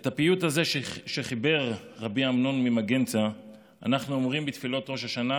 את הפיוט הזה שחיבר רבי אמנון ממגנצא אנחנו אומרים בתפילות ראש השנה